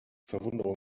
verwunderung